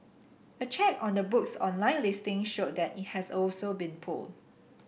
a check on the book's online listing showed that it has also been pulled